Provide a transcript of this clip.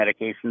medications